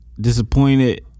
disappointed